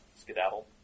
skedaddle